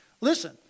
Listen